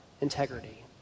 integrity